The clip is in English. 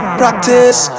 practice